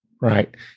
Right